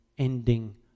ending